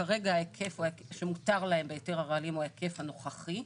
כרגע היקף שמותר להם בהיתר הרעלים הוא ההיקף הנוכחי,